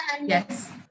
Yes